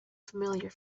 familiar